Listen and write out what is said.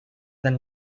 than